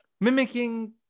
Mimicking